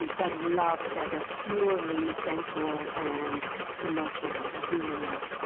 and but love that is purely sensual and emotional, and human love.